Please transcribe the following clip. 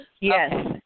Yes